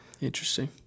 Interesting